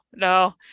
no